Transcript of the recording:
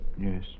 Yes